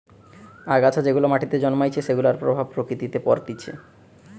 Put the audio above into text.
আগাছা যেগুলা মাটিতে জন্মাইছে সেগুলার প্রভাব প্রকৃতিতে পরতিছে